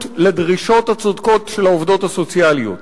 לדרישות הצודקות של העובדות הסוציאליות,